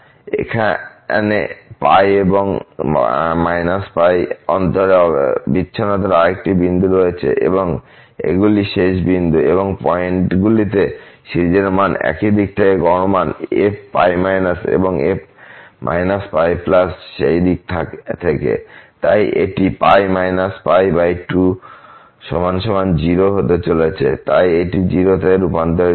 এখানে এবং π অন্তরে বিচ্ছিন্নতার আরেকটি বিন্দু রয়েছে এবং এগুলি শেষ বিন্দু এবং এই পয়েন্টগুলিতে সিরিজের মান এই দিক থেকে এই গড় মান f π এবং f π সেই দিক থেকে তাই এটি π π2 0 হতে চলেছে তাই এটি 0 তে রূপান্তরিত হবে